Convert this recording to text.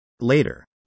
Later